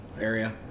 area